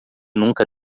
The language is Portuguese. nunca